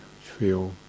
feel